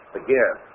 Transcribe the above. again